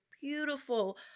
beautiful